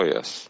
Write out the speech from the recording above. Yes